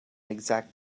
exact